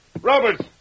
Roberts